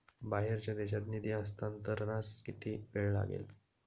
बाहेरच्या देशात निधी हस्तांतरणास किती वेळ लागेल?